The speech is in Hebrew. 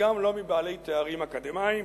וגם לא מבעלי תארים אקדמיים,